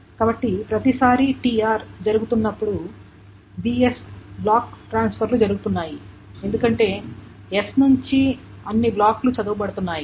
కాబట్టి ప్రతిసారి tr జరుగుతున్నప్పుడు bs బ్లాక్ ట్రాన్స్ఫర్లు జరుగుతున్నాయి ఎందుకంటే s నుండి అన్ని బ్లాక్లు చదవబడుతున్నాయి